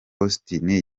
austin